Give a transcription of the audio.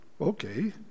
Okay